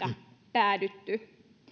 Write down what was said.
päädytty